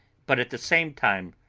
but at the same time,